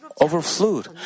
overflowed